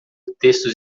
textos